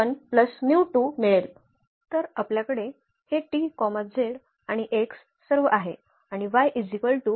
तर आपल्याकडे हे t z आणि x सर्व आहे आणि देखील आहेत